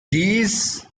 these